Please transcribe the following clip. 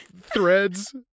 threads